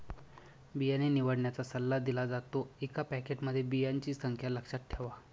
बियाणे निवडण्याचा सल्ला दिला जातो, एका पॅकेटमध्ये बियांची संख्या लक्षात ठेवा